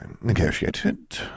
negotiated